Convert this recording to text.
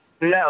No